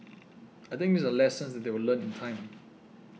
I think these are lessons that they will learn in time